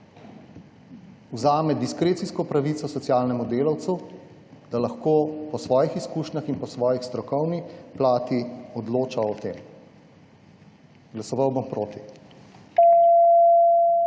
Vzame diskrecijsko pravico socialnemu delavcu, da lahko po svojih izkušnjah in po svoji strokovni plati odloča o tem. Glasoval bom proti.